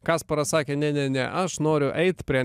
kasparas sakė ne ne ne aš noriu eit prie